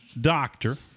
doctor